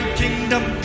kingdom